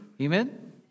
amen